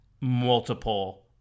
multiple